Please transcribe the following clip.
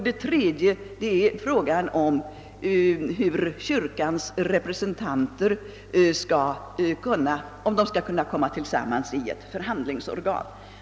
Den tredje är frågan huruvida kyrkans representanter skall bringas tillsammans i ett förhandlingsorgan.